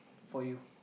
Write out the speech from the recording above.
for you